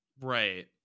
Right